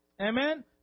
Amen